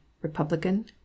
Republican